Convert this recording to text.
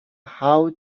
how